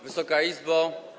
Wysoka Izbo!